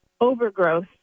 overgrowth